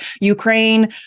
Ukraine